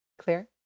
Clear